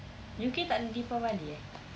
U_K takde deepavali eh